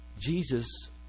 Jesus